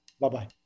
Bye-bye